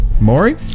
Maury